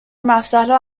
مفصل